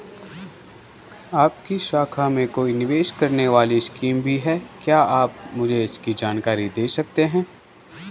आपकी शाखा में कोई निवेश करने वाली स्कीम भी है क्या आप मुझे इसकी जानकारी दें सकते हैं?